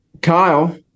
kyle